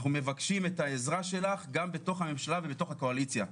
אנחנו מבקשים את העזרה שלך גם בתוך הממשלה ובתוך הקואליציה.